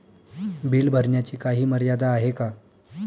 Bill भरण्याची काही मर्यादा आहे का?